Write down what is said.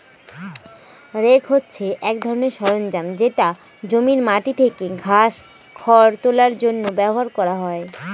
rake হছে এক ধরনের সরঞ্জাম যেটা জমির মাটি থেকে ঘাস, খড় তোলার জন্য ব্যবহার করা হয়